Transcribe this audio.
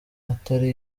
atari